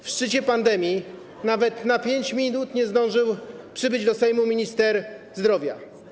W szczycie pandemii nawet na 5 minut nie zdążył przybyć do Sejmu minister zdrowia.